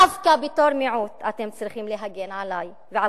דווקא בתור מיעוט אתם צריכים להגן עלי ועל